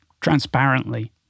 transparently